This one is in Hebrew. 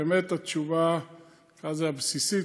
באמת התשובה הבסיסית,